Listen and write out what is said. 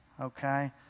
okay